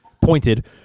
pointed